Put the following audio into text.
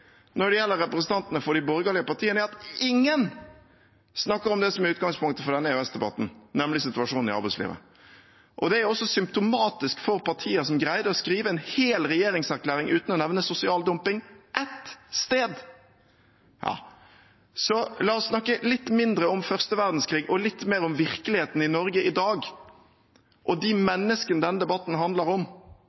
når det gjelder representantene for de borgerlige partiene, er at ingen snakker om det som er utgangspunktet for denne EØS-debatten, nemlig situasjonen i arbeidslivet. Det er symptomatisk for partier som greide å skrive en hel regjeringserklæring uten å nevne sosial dumping ett sted. Så la oss snakke litt mindre om første verdenskrig og litt mer om virkeligheten i Norge i dag og de menneskene denne debatten handler om,